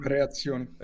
Reazioni